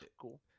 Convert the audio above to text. cool